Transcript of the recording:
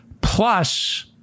plus